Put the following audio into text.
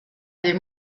des